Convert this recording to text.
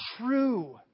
true